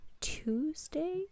Tuesday